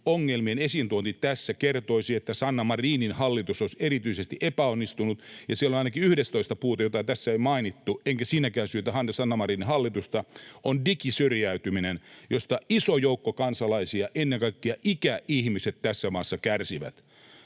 ongelmien esiintuonti tässä kertoisi, että Sanna Marinin hallitus olisi erityisesti epäonnistunut. Ja ainakin 11. puute, jota tässä ei ole mainittu — enkä siinäkään syytä Sanna Marinin hallitusta — on digisyrjäytyminen, josta iso joukko kansalaisia, ennen kaikkea ikäihmiset, tässä maassa kärsivät.